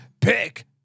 Pick